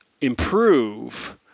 improve